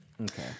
Okay